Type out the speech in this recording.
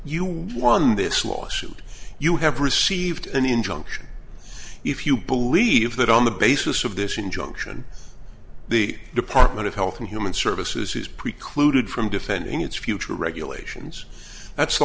you won this lawsuit you have received an injunction if you believe that on the basis of this injunction the department of health and human services is precluded from defending its future regulations that's the